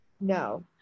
No